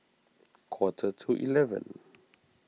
quarter to eleven